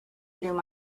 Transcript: through